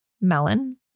melon